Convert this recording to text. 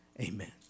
Amen